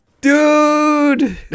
Dude